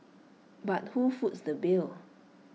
but who foots the bill